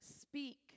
Speak